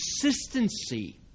Consistency